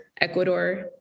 ecuador